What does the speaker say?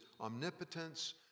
omnipotence